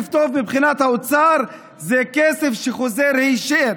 מבחינת האוצר "כסף טוב" זה כסף שחוזר היישר,